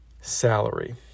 salary